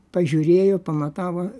pažiūrėjo pamatavo